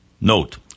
Note